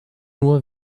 nur